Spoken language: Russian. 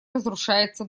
разрушается